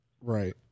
Right